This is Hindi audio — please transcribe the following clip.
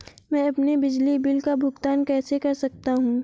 मैं अपने बिजली बिल का भुगतान कैसे कर सकता हूँ?